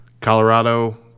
Colorado